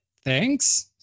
thanks